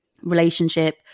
relationship